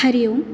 हरिओम्